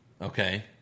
Okay